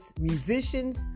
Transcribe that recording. musicians